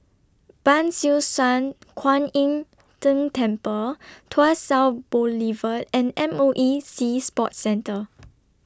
Ban Siew San Kuan Im Tng Temple Tuas South Boulevard and M O E Sea Sports Centre